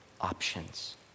Options